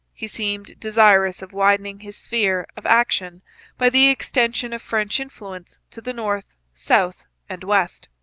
he seemed desirous of widening his sphere of action by the extension of french influence to the north, south, and west.